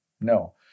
No